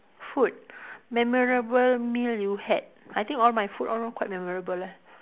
food memorable meal you had I think all my food all all quite memorable leh